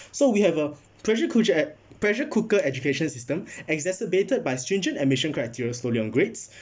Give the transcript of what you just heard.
so we have a pressure cook~ pressure cooker education system exacerbated by stringent admission criteria solely on grades